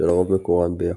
שלרוב מקורן ביפן.